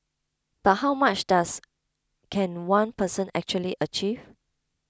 but how much does can one person actually achieve